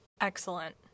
Excellent